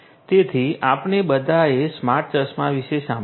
તેથી આપણે બધાએ સ્માર્ટ ચશ્મા વિશે સાંભળ્યું છે